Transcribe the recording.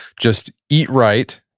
just eat right,